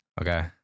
Okay